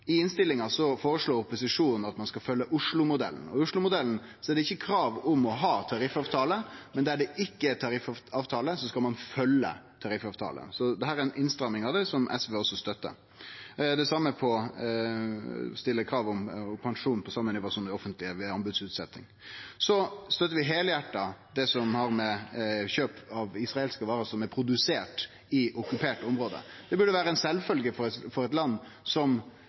I innstillinga føreslår opposisjonen at ein skal følgje Oslomodellen. I Oslomodellen er det ikkje krav om å ha tariffavtale, men der det ikkje er tariffavtale, skal ein følgje tariffavtale. Så dette er ei innstramming av det, som SV også støttar, og det same når det gjeld å stille krav om pensjon på same nivå som dei offentlege ved anbodsutsetjing. Så støttar vi heilhjarta det som gjeld kjøp av israelske varer som er produsert i okkupert område. Det burde vere ei sjølvfølge for eit land som ser det som